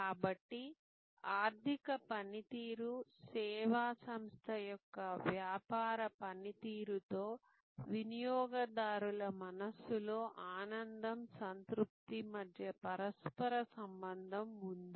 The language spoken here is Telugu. కాబట్టి ఆర్థిక పనితీరు సేవా సంస్థ యొక్క వ్యాపార పనితీరుతో వినియోగదారుల మనస్సులో ఆనందం సంతృప్తి మధ్య పరస్పర సంబంధం ఉందా